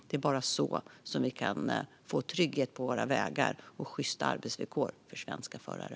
Det är bara så vi kan få trygghet på våra vägar och sjysta arbetsvillkor för svenska förare.